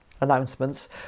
announcements